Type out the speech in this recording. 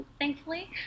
thankfully